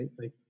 right